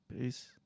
Peace